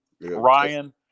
Ryan